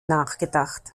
nachgedacht